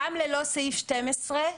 גם ללא סעיף 12,